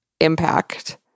impact